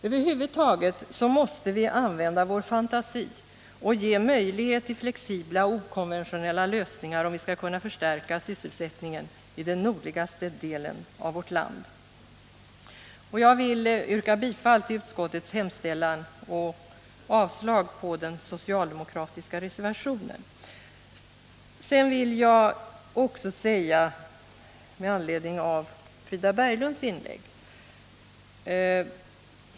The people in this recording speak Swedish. Över huvud taget måste vi använda vår fantasi och ge möjlighet till flexibla och okonventionella lösningar om vi skall kunna förstärka sysselsättningen i den nordligaste delen av vårt land. Jag vill yrka bifall till utskottets hemställan och avslag på den socialdemokratiska reservationen på denna punkt. Sedan vill jag också säga några ord med anledning av Frida Berglunds inlägg.